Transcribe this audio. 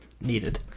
needed